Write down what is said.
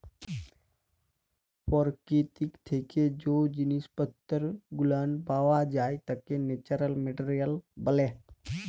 পরকীতি থাইকে জ্যে জিনিস পত্তর গুলান পাওয়া যাই ত্যাকে ন্যাচারাল মেটারিয়াল ব্যলে